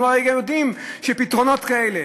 אנחנו הרי יודעים שפתרונות כאלה,